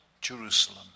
Jerusalem